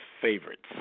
favorites